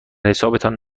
حسابتان